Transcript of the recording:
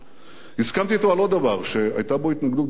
הסכמתי אתו על עוד דבר שהיתה בו התנגדות גדולה מאוד